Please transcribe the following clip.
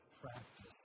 practice